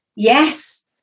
Yes